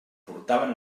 portaven